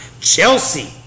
Chelsea